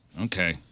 Okay